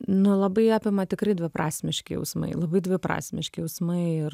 nu labai apima tikrai dviprasmiški jausmai labai dviprasmiški jausmai ir